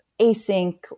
async